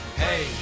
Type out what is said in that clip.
hey